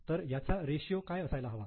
तर याचा रेशियो काय असायला हवा